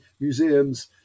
museums